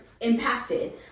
impacted